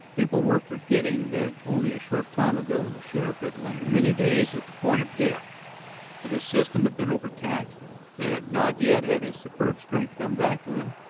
people were forgetting that only a short time ago the sheriff had lain many days at the point of death that his system had been overtaxed that not yet had his superb strength come back to him.